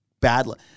badly